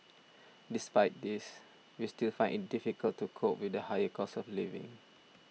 despite this we still find it difficult to cope with the higher cost of living